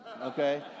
okay